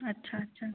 अच्छा अच्छा